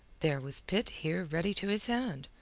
there was pitt here ready to his hand,